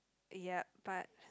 yep but